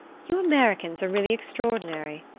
you americans are really extraordinary.